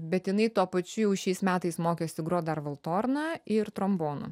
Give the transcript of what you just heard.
bet jinai tuo pačiu jau šiais metais mokėsi grot dar valtorna ir trombonu